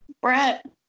brett